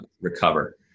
recover